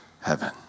heaven